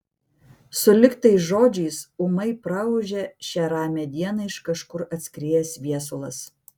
sulig tais žodžiais ūmai praūžė šią ramią dieną iš kažkur atskriejęs viesulas